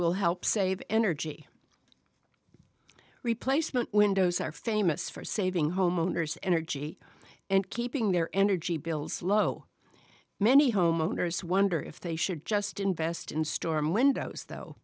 will help save energy replacement windows are famous for saving homeowners energy and keeping their energy bills low many homeowners wonder if they should just invest in storm windows though